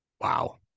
Wow